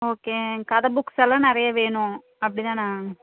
okay கதை books எல்லாம் நிறைய வேணும் அப்படி தானே